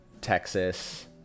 texas